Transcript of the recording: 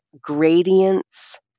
gradients